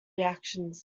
reactions